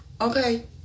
okay